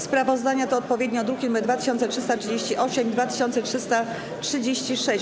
Sprawozdania to odpowiednio druki nr 2338 i 2336.